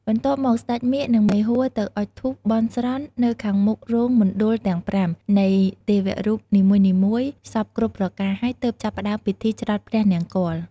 បន្ទាប់មក ស្ដេចមាឃ និង មេហួរ ទៅអុចធូបបន់ស្រន់ នៅខាងមុខរោងមណ្ឌលទាំង៥ នៃទេវរូបនីមួយៗ សព្វគ្រប់ប្រការហើយទើបចាប់ផ្ដើមពីធីច្រត់ព្រះនង្គ័ល។